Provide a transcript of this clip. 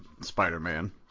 Spider-Man